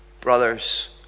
brothers